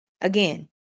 Again